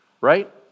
right